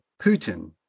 Putin